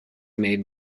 made